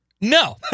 No